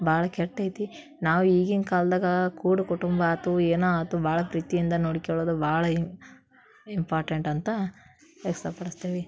ಭಾಳ ಕೆಟ್ಟೈತಿ ನಾವು ಈಗಿಂದು ಕಾಲದಾಗ ಕೂಡು ಕುಟುಂಬ ಆಯ್ತು ಏನೋ ಆಯ್ತು ಭಾಳ ಪ್ರೀತಿಯಿಂದ ನೋಡ್ಕೊಳ್ಳೋದು ಭಾಳ ಇಂಪಾರ್ಟೆಂಟ್ ಅಂತ ವ್ಯಕ್ತಪಡ್ಸ್ತೀವಿ